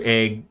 egg